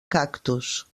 cactus